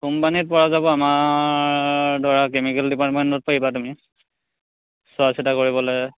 কোম্পানীত পৰা যাব আমাৰ ধৰা কেমিকেল ডিপাৰ্টমেণ্টত পাৰিবা তুমি চোৱা চিতা কৰিবলৈ